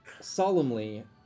solemnly